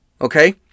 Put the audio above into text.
Okay